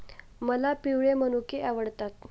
मला पिवळे मनुके आवडतात